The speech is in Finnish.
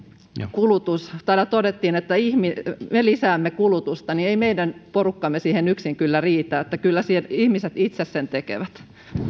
kulutus täällä todettiin että me lisäämme kulutusta ei meidän porukkamme siihen yksin kyllä riitä kyllä ihmiset itse sen tekevät